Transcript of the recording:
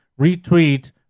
retweet